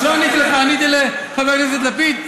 לא עניתי לך, עניתי לחבר הכנסת לפיד.